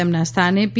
તેમના સ્થાને પી